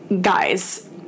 guys